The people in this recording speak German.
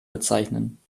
bezeichnen